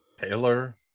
Taylor